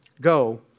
Go